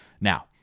now